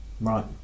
Right